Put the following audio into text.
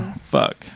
Fuck